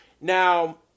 Now